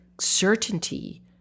certainty